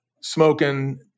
smoking